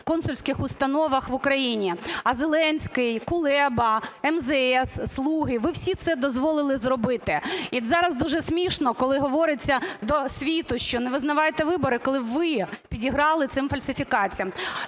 в консульських установах в Україні. А Зеленський, Кулеба, МЗС, "слуги" – ви всі це дозволили зробити. І зараз дуже смішно, коли говориться до світу, що не визнавайте вибори, коли ви підіграли цим фальсифікаціям.